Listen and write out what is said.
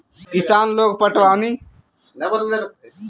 किसान लोग पटवनी खातिर नया तरीका अपनइले बाड़न जेकरा मद्दु कहल जाला